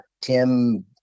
Tim